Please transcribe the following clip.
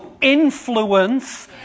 influence